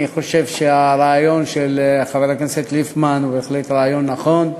אני חושב שהרעיון של חבר הכנסת ליפמן הוא בהחלט רעיון נכון,